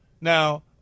Now